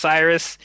Cyrus